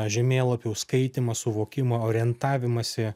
žemėlapių skaitymą suvokimą orientavimąsi